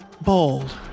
Bold